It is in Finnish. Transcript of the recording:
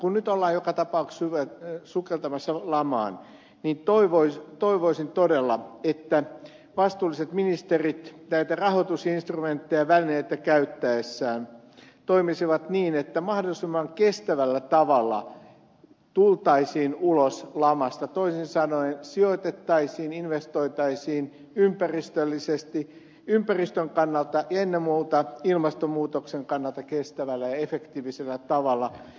kun nyt ollaan joka tapauksessa sukeltamassa lamaan niin toivoisin todella että vastuulliset ministerit näitä rahoitusinstrumentteja välineitä käyttäessään toimisivat niin että mahdollisimman kestävällä tavalla tultaisiin ulos lamasta toisin sanoen sijoitettaisiin investoitaisiin ympäristöllisesti ympäristön kannalta ja ennen muuta ilmastonmuutoksen kannalta kestävällä ja efektiivisellä tavalla